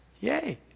Yay